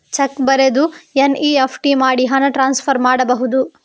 Check ಬರೆದು NEFT ಮಾಡಿ ಹಣ ಟ್ರಾನ್ಸ್ಫರ್ ಮಾಡಬಹುದು?